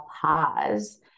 pause